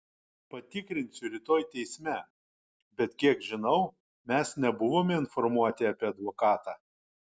patikrinsiu rytoj teisme bet kiek žinau mes nebuvome informuoti apie advokatą